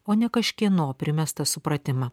o ne kažkieno primestą supratimą